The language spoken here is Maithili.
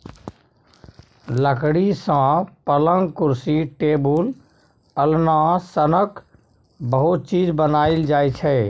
लकड़ी सँ पलँग, कुरसी, टेबुल, अलना सनक बहुत चीज बनाएल जाइ छै